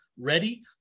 ready